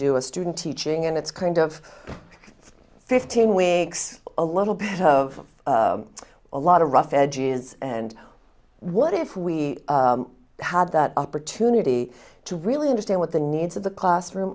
do a student teaching and it's kind of like fifteen weeks a little bit of a lot of rough edges and what if we had that opportunity to really understand what the needs of the classroom